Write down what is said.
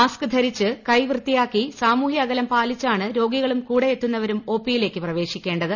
mask ധരിച്ച് കൈവൃത്തിയാക്കി സാമൂഹ്യുഅകലം പാലിച്ചാണ് രോഗികളും കൂടെയെത്തുന്നവരും ഒപ്പിയിലേക്ക് പ്രവേശിക്കേണ്ടത്